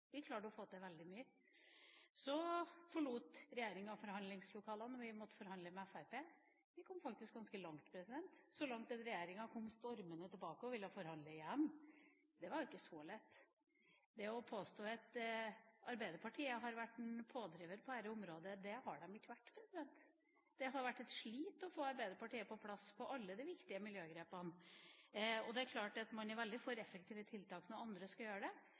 vi klarte å få til veldig mye. Så forlot regjeringa forhandlingslokalene, og vi måtte forhandle med Fremskrittspartiet. Vi kom faktisk ganske langt, så langt at regjeringa kom stormende tilbake og ville forhandle igjen. Det var ikke så lett. Man påstår at Arbeiderpartiet har vært en pådriver på dette området. Det har de ikke vært. Det har vært et slit å få Arbeiderpartiet på plass på alle de viktige miljøgrepene. Det er klart at man er veldig for effektive tiltak når andre skal gjøre det.